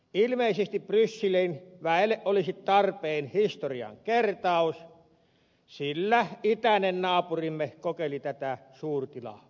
ilmeisesti brysselin väelle olisi tarpeen historian kertaus sillä itäinen naapurimme kokeili tätä suurtilamallia